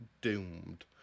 doomed